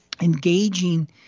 engaging